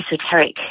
esoteric